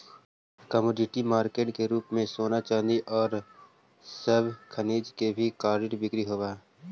commodity market के रूप में सोना चांदी औउर सब खनिज के भी कर्रिड बिक्री होवऽ हई